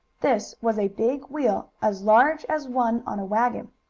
this was a big wheel, as large as one on a wagon,